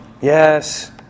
Yes